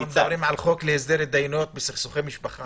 מדברים על חוק להסדר הידיינות בסכסוכי משפחה.